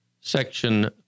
Section